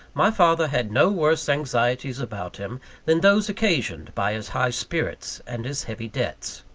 my father had no worse anxieties about him than those occasioned by his high spirits and his heavy debts.